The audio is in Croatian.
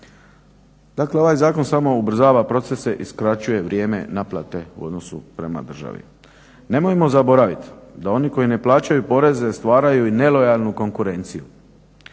Dakle, ovaj Zakon samo ubrzava procese i skraćuje vrijeme naplate u odnosu prema državi. Nemojmo zaboraviti, da oni koji ne plaćaju poreze stvaraju i nelojalnu konkurenciju.